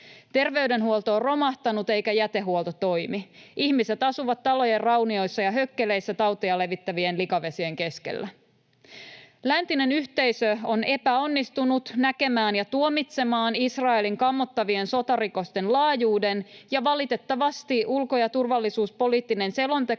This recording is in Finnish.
Terveydenhuolto on romahtanut, eikä jätehuolto toimi. Ihmiset asuvat talojen raunioissa ja hökkeleissä tauteja levittävien likavesien keskellä. Läntinen yhteisö on epäonnistunut näkemään ja tuomitsemaan Israelin kammottavien sotarikosten laajuuden, ja valitettavasti ulko- ja turvallisuuspoliittinen selonteko